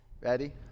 Ready